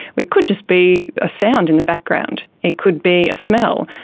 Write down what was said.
it could just be a sound in the background, it could be a smell.